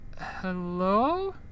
Hello